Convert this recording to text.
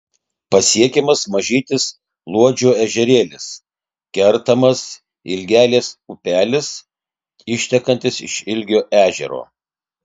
pasiekiamas mažytis luodžio ežerėlis kertamas ilgelės upelis ištekantis iš ilgio ežerėlio